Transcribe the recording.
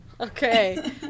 okay